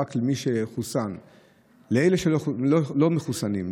לאלה שלא מחוסנים,